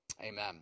Amen